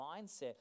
mindset